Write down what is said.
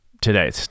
today